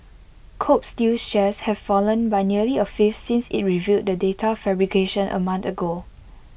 Kobe steel's shares have fallen by nearly A fifth since IT revealed the data fabrication A month ago